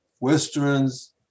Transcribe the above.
Westerns